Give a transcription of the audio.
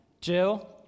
Jill